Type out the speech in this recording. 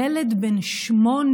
ילד בן שמונה,